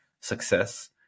success